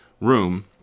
room